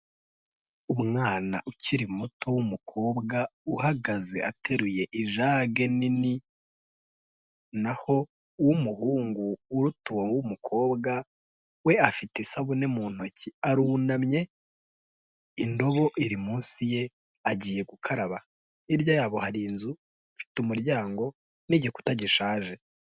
Umwana ukiri muto w'umukobwa uhagaze ateruye ijage nini, naho uw'umuhungu uruta w'umukobwa we afite isabune mu ntoki, arunamye, indobo iri munsi ye agiye gukaraba, hirya yabo hari inzu ifite umuryango n'igikuta gishaje.